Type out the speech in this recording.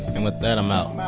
and with that, i'm um ah